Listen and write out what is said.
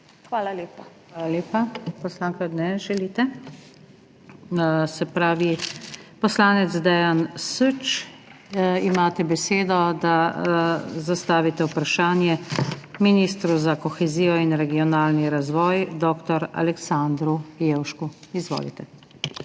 SUKIČ:** Hvala lepa. Poslanka? Ne želite. Poslanec Dejan Süč, imate besedo, da zastavite vprašanje ministru za kohezijo in regionalni razvoj dr. Aleksandru Jevšku. Izvolite.